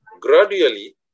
gradually